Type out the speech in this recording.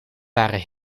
waren